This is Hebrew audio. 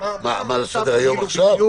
מה עכשיו רוצים לעשות בדיוק?